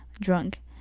drunk